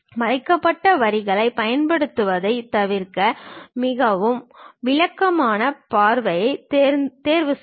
மறைக்கப்பட்ட வரிகளைப் பயன்படுத்துவதைத் தவிர்க்க மிகவும் விளக்கமான பார்வையைத் தேர்வுசெய்க